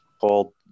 called